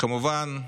כמובן,